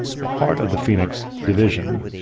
part of the phoenix division.